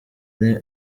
ari